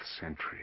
century